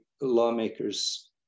lawmakers